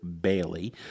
Bailey